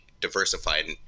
diversified